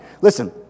Listen